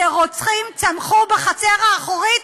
שרוצחים צמחו בחצר האחורית,